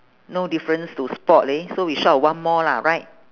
no difference to spot leh so we short of one more lah right